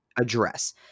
address